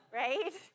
right